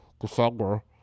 December